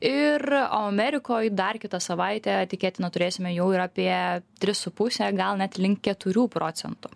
ir o amerikoj dar kitą savaitę tikėtina turėsime jau ir apie tris su puse gal net link keturių procentų